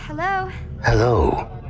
Hello